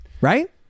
right